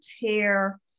tear